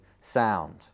sound